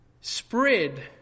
spread